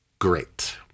great